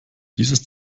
dieses